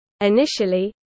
Initially